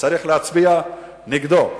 וצריך להצביע נגדו.